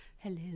Hello